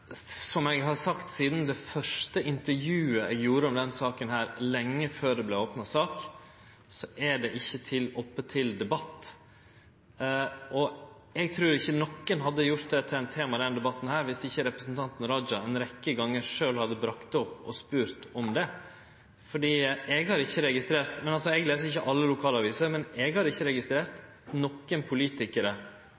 Som eg har sagt sidan det første intervjuet eg gjorde om denne saka, lenge før det vart opna sak, er det ikkje oppe til debatt. Eg trur ikkje nokon hadde gjort det til eit tema i denne debatten om ikkje representanten Raja ei rekkje gonger sjølv hadde bringa det opp og spurt om det. Eg les ikkje alle lokalaviser, men eg har ikkje registrert nokon politikarar frå nokon parti her på Stortinget som i behandlinga vår i komiteen eller no, har